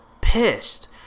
pissed